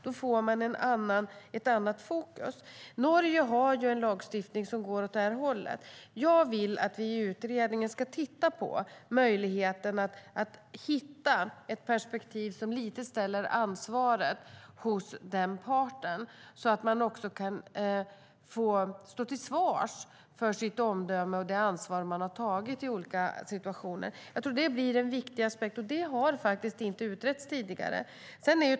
Då får vi annat fokus. Norge har en lagstiftning som går åt det hållet. Jag vill att vi i utredningen ska titta på möjligheten att hitta ett perspektiv som lite ställer ansvaret hos den utövande parten, som ska få stå till svars för sitt omdöme och sitt ansvar i olika situationer. Jag tror att det blir en viktig aspekt, och det har inte utretts tidigare.